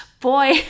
Boy